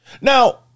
Now